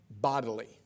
bodily